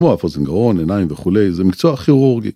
כמו אף אוזן גורן, עיניים וכולי, זה מקצוע כירוגי.